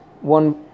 one